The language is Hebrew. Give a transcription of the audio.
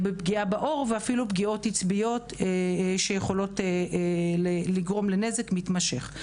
פגיעה בעור ואפילו פגיעות עצביות שיכולות לגרום לנזק מתמשך.